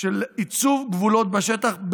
של עיצוב גבולות בשטח,